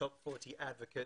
נכשלנו בכנסת